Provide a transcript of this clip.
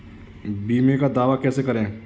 बीमे का दावा कैसे करें?